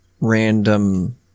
random